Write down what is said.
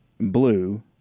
blue